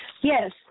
Yes